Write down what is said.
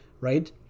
right